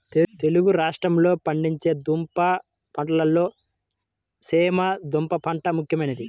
తెలుగు రాష్ట్రాలలో పండించే దుంప పంటలలో చేమ దుంప పంట ముఖ్యమైనది